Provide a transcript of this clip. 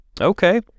Okay